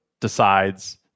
decides